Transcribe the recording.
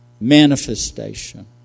manifestation